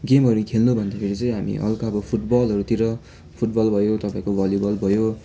गेमहरू खेल्नु भन्दाखेरि चाहिँ हामी हल्का अब फुटबलहरूतिर फुटबल भयो तपाईँको भलिबल भयो